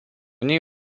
nei